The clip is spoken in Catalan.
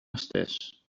estès